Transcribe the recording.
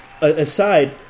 aside